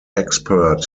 expert